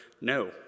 No